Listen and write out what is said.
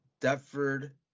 Deptford